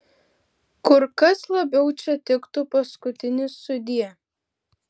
kur kas labiau čia tiktų paskutinis sudie